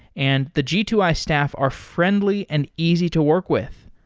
and the g two i staff are friendly and easy to work with.